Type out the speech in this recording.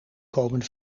komen